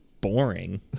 boring